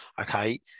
Okay